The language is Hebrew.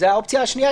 זאת האופציה השנייה.